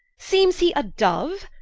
seemes he a doue?